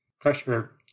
pressure